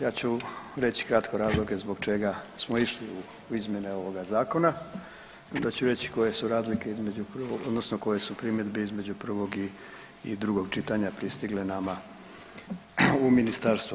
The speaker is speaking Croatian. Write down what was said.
Ja ću reći kratko razloge zbog čega smo išli u izmjene ovoga Zakona, a onda ću reći koje su razlike između, odnosno koje su primjedbe između prvog i drugog čitanja pristigle nama u Ministarstvo.